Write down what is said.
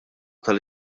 tal